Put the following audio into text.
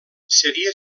seria